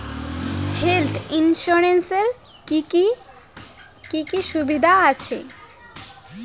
Health insurance এ কি কি সুবিধা আছে?